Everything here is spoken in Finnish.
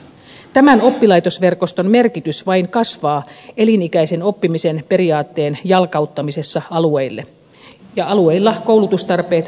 tämän oppilaitosverkoston merkitys vain kasvaa elinikäisen oppimisen periaatteen jalkauttamisessa alueille ja alueilla koulutustarpeet vaihtelevat suuresti